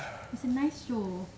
is a nice show